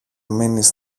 μείνεις